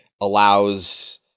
allows